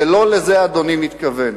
ולא לזה אדוני מתכוון.